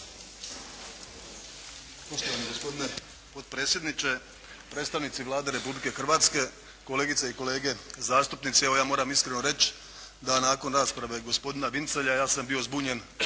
Poštovani gospodine potpredsjedniče, predstavnici Vlade Republike Hrvatske, kolegice i kolege zastupnici. Evo ja moram iskreno reći da nakon rasprave gospodina Vincelja ja sam bio zbunjen